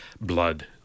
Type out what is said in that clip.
blood